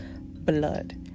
blood